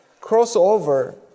crossover